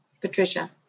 Patricia